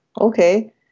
Okay